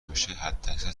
بشه، حداکثر